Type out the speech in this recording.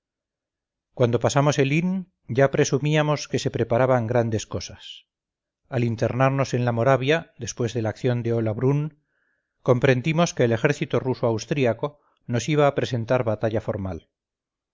cuando pasamos el inn ya presumíamos que se preparaban grandes cosas al internarnos en la moravia después de la acción de hollabrünn comprendimos que el ejército ruso austriaco nos iba a presentar batalla formal